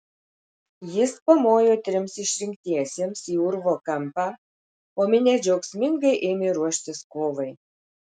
jis pamojo trims išrinktiesiems į urvo kampą o minia džiaugsmingai ėmė ruoštis kovai